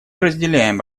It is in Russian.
разделяем